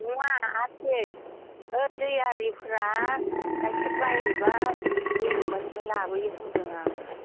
नङा आसि बै दैयारिफ्रा गाइखेर बायहैबा दै लगाय लगाय लाबोयो होनदों आङो